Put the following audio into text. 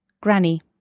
Granny